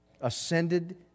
ascended